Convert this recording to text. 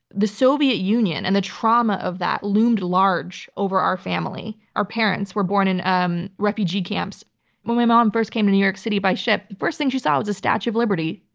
the soviet union and the trauma of that loomed large over our family. our parents were born in um refugee camps. when my mom first came to new york city by ship, the first thing she saw was the statue of liberty,